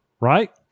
Right